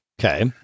okay